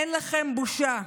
אין לכם בושה.